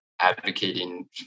advocating